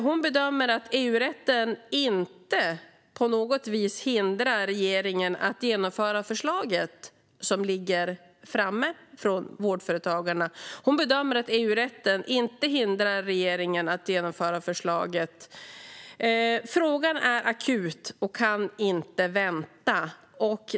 Hon bedömer att EU-rätten inte på något vis hindrar regeringen från att genomföra förslaget från Vårdföretagarna. Frågan är akut och kan inte vänta.